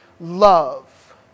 love